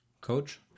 Coach